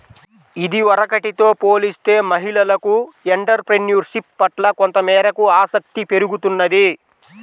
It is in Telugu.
ఇదివరకటితో పోలిస్తే మహిళలకు ఎంటర్ ప్రెన్యూర్షిప్ పట్ల కొంతమేరకు ఆసక్తి పెరుగుతున్నది